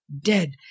dead